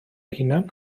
hunan